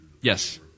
yes